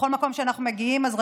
בכל מקום שאנחנו מגיעים אליו,